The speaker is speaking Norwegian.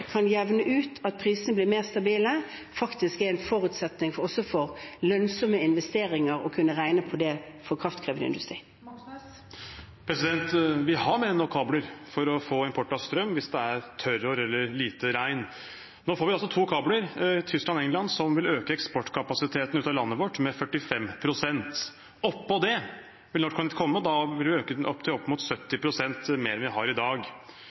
kan jevne ut så prisene blir mer stabile, er en forutsetning også for lønnsomme investeringer og kunne regne på det for kraftkrevende industri. Vi har mer enn nok kabler for å få import av strøm hvis det er tørrår eller lite regn. Nå får vi altså to kabler, til Tyskland og England, som vil øke eksportkapasiteten ut av landet vårt med 45 pst. Oppå det vil NorthConnect komme, og da vil vi øke den til opp mot 70 pst. mer enn vi har i dag.